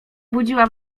budziła